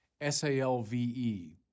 S-A-L-V-E